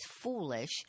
foolish